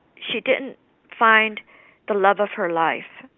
she didn't find the love of her life.